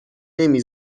نمی